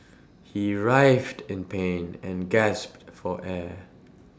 he writhed in pain and gasped for air